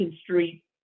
Street